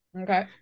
Okay